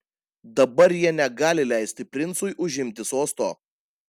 dabar jie negali leisti princui užimti sosto